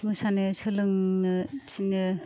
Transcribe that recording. मोसानो सोलोंनो थिनो